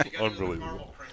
Unbelievable